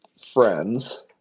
friends